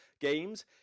games